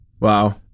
Wow